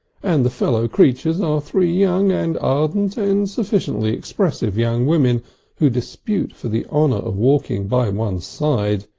and the fellow creatures are three young and ardent and sufficiently expressive young women who dispute for the honour of walking by one's side,